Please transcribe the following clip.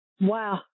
Wow